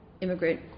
immigrant